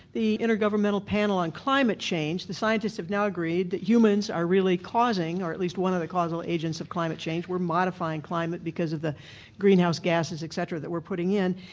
the intergovernmental panel on climate change, the scientists have now agreed that humans are really causing or are at least one of the causal agents of climate change, we're modifying climate because of the greenhouse gases et cetera that we're putting in,